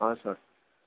હા સર